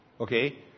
okay